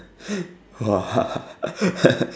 !wah!